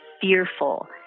fearful